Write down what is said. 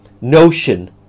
notion